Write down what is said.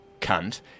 cunt